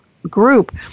group